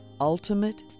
ultimate